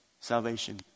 salvation